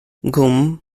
nghwm